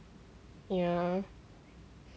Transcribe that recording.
ya